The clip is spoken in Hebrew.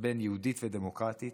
בין יהודית לדמוקרטית.